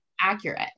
accurate